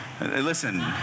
Listen